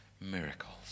Miracles